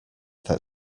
that